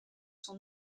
sont